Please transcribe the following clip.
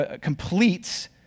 completes